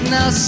Now